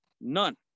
none